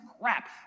crap